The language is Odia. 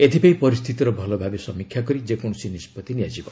ଏଥିପାଇଁ ପରିସ୍ଥିତିର ଭଲଭାବେ ସମୀକ୍ଷା କରି ଯେକୌଣସି ନିଷ୍ପଭି ନିଆଯିବ